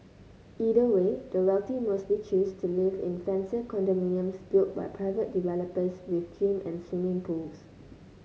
either way the wealthy mostly choose to live in fancier condominiums built by private developers with gyms and swimming pools